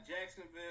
Jacksonville